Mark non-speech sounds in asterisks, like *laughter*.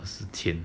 *noise*